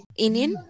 Inin